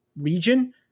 region